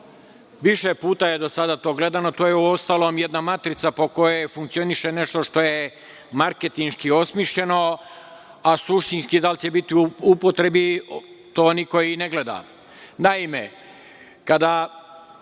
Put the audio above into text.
puta je do sada to gledano, to je uostalom jedna matrica po kojoj funkcioniše nešto što je marketinški osmišljeno, a suštinski je da li će biti u upotrebi, to niko i ne gleda. Naime,